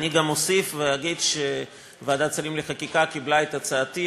אוסיף ואגיד שוועדת השרים לחקיקה קיבלה את הצעתי,